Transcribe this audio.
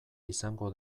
izango